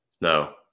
No